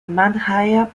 madhya